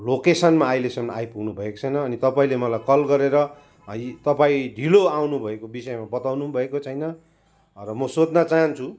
लोकेसनमा अहिलेसम्म आइपुग्नु भएको छैन अनि तपाईँले मलाई कल गरेर अनि तपाईँ ढिलो आउनु भएको विषयमा बताउनु पनि भएको छैन र म सोध्न चाहन्छु